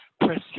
Press